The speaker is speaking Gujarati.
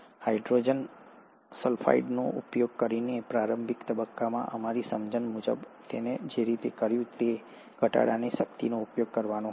હાઇડ્રોજન સલ્ફાઇડનો ઉપયોગ કરીને પ્રારંભિક તબક્કામાં અમારી સમજણ મુજબ તેણે જે રીતે કર્યું છે તે ઘટાડાની શક્તિનો ઉપયોગ કરવાનો હતો